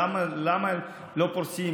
למה לא פורסים,